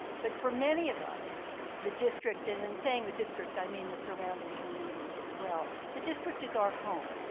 but for many of us the district and in saying the district i mean the surrounding communities as well the district is our home.